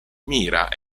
mira